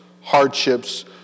hardships